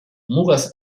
mugaz